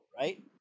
right